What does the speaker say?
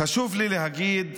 חשוב לי להגיד,